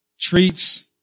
treats